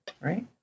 right